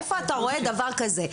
איפה אתה רואה דבר כזה?